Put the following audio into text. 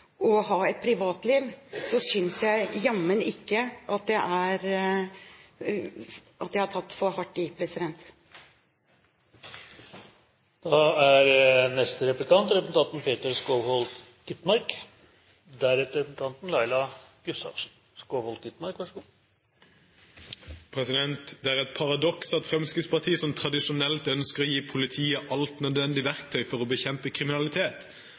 å ha et privatliv. Så jeg synes jammen ikke at jeg har tatt for hardt i. «Det er et paradoks at Frp, som tradisjonelt ønsker å gi politiet alt nødvendig verktøy for å bekjempe kriminalitet»